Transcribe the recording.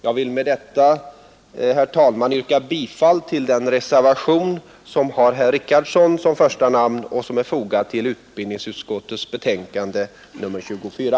Jag vill med detta, herr talman, yrka bifall till reservationen till utbildningsutskottets betänkande nr 24.